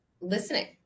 listening